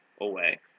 away